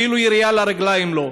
אפילו ירייה לרגליים לא.